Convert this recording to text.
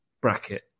bracket